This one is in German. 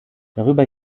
darüber